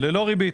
ללא ריבית.